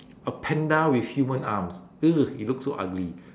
a panda with human arms it looks so ugly